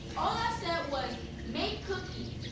ah said was, make cookies,